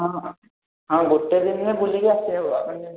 ହଁ ହଁ ଆଉ ଗୋଟେ ଦିନରେ ବୁଲିକି ଆସି ହେବ ଆପଣ ଯଦି ଯିବେ କୁହନ୍ତୁ